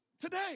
Today